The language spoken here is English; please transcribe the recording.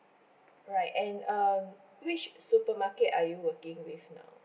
right and um which supermarket are you working with now